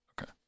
Okay